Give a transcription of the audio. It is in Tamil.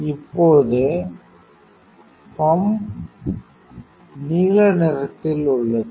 இப்போது சுழலும் பம்ப் நீல நிறத்தில் உள்ளது